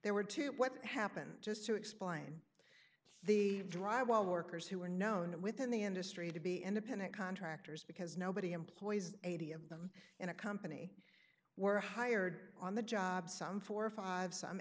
there were two what happened just to explain the drywall workers who were known within the industry to be independent contractors because nobody employs eighty of them in a company were hired on the job some for five some